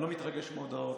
אני לא מתרגש מהודעות,